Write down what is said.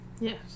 Yes